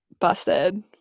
busted